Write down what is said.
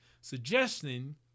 suggesting